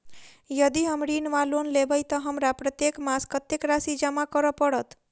यदि हम ऋण वा लोन लेबै तऽ हमरा प्रत्येक मास कत्तेक राशि जमा करऽ पड़त?